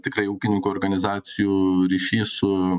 tikrai ūkininkų organizacijų ryšys u